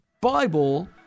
Bible